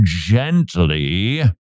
gently